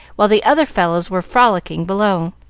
while the other fellows were frolicking below.